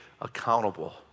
accountable